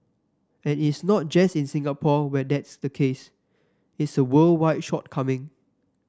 and it's not just in Singapore where that's the case it's a worldwide shortcoming